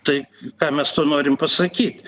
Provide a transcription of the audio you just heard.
tai ką mes tuo norim pasakyt